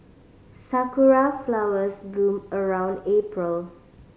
sakura flowers bloom around April